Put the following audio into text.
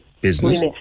Business